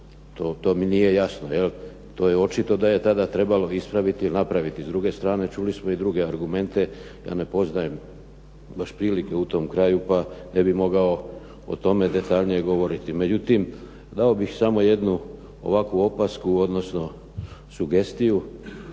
To mi nije jasno, to je očito da je tada trebalo ispraviti, napraviti s druge strane čuli smo i druge argumente, ja ne poznajem baš prilike u tom kraju pa ne bi mogao o tome detaljnije govoriti. Međutim, dao bih samo jednu ovakvu opasku odnosno sugestiju